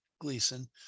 Gleason